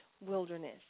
wilderness